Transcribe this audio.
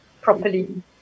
properly